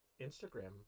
Instagram